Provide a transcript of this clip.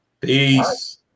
Peace